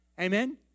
Amen